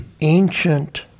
ancient